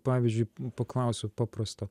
pavyzdžiui paklausiau paprasto